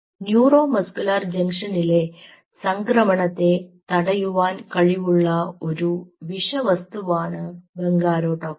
neuro muscular ജംഗ്ഷനിലെ സംക്രമണത്തെ തടയുവാൻ കഴിവുള്ള ഒരു വിഷവസ്തുവാണ് ബംഗാരോട്ടോക്സിൻ